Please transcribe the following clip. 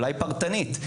אולי פרטנית,